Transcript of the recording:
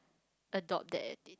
adopt that habit